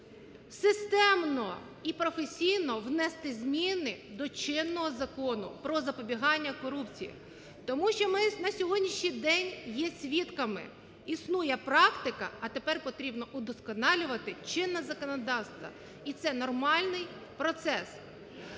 системно і професійно внести зміни до чинного закону про запобігання корупції. Тому що ми на сьогоднішній день є свідками, існує практика, а тепер потрібно удосконалювати чинне законодавство і це нормальний процес.